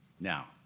Now